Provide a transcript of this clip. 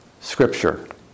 scripture